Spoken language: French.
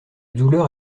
douleur